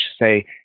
say